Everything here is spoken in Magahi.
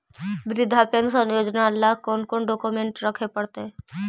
वृद्धा पेंसन योजना ल कोन कोन डाउकमेंट रखे पड़तै?